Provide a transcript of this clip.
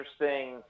interesting –